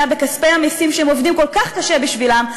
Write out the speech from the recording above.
מכספי המסים שהם עובדים כל כך קשה בשבילם,